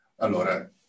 Allora